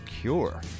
Cure